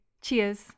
cheers